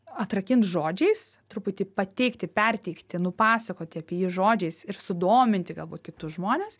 atrakint žodžiais truputį pateikti perteikti nupasakoti apie jį žodžiais ir sudominti galbūt kitus žmones